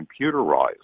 computerized